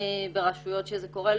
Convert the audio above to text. ברשויות בהן זה קורה,